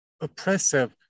oppressive